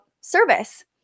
service